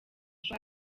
ejo